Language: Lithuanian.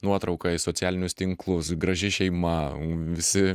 nuotrauką į socialinius tinklus graži šeima visi